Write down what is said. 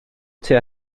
tua